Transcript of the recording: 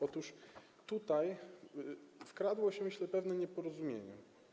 Otóż tutaj wkradło się, myślę, pewne nieporozumienie.